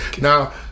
Now